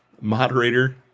moderator